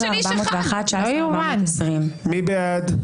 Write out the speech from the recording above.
18,581 עד 18,600. מי בעד?